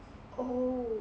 oh